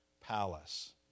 palace